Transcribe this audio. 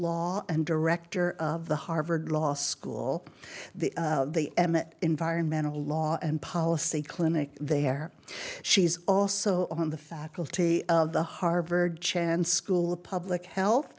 law and director of the harvard law school the the environmental law and policy clinic there she's also on the faculty of the harvard chance school of public health